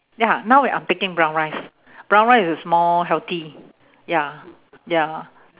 ya now we I'm taking brown rice brown rice is more healthy ya ya